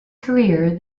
career